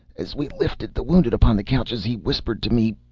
as we lifted the wounded upon the couches he whispered to me,